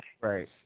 Right